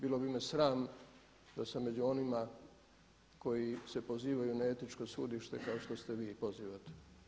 Bilo bi me sram da sam među onima koji se pozivaju na etičko sudište kao što se vi pozivate.